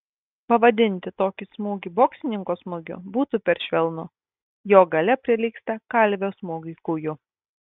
pavadinti tokį smūgį boksininko smūgiu būtų per švelnu jo galia prilygsta kalvio smūgiui kūju